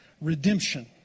redemption